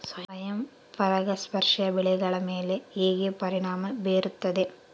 ಸ್ವಯಂ ಪರಾಗಸ್ಪರ್ಶ ಬೆಳೆಗಳ ಮೇಲೆ ಹೇಗೆ ಪರಿಣಾಮ ಬೇರುತ್ತದೆ?